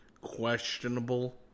questionable